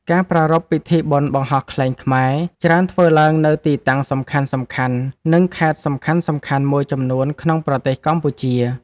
ការប្រារព្ធពិធីបុណ្យបង្ហោះខ្លែងខ្មែរ ច្រើនធ្វើឡើងនៅទីតាំងសំខាន់ៗ និងខេត្តសំខាន់ៗមួយចំនួនក្នុងប្រទេសកម្ពុជា។